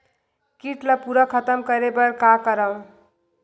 कीट ला पूरा खतम करे बर का करवं?